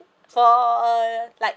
for like